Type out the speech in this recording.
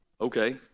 Okay